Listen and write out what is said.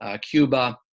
Cuba